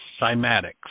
cymatics